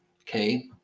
Okay